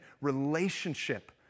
relationship